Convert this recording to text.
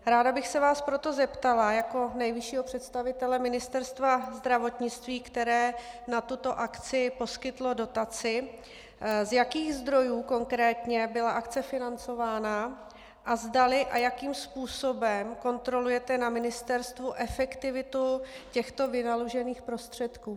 Ráda bych se vás proto zeptala jako nejvyššího představitele Ministerstva zdravotnictví, které na tuto akci poskytlo dotaci, z jakých zdrojů konkrétně byla akce financována a zdali a jakým způsobem kontrolujete na ministerstvu efektivitu těchto vynaložených prostředků.